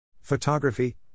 Photography